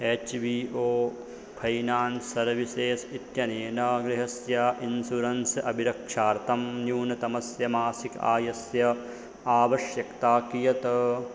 H B O finance services इत्यनेन गृहस्य insurance अभिरक्षार्थं न्यूनतमस्य मासिक आयस्य आवश्यकता कियत्